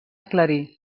aclarir